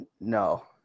No